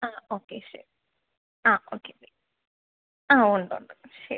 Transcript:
ആ ഓക്കെ ശരി ആ ഓക്കെ ബൈ ആ ഉണ്ട് ഉണ്ട് ശരി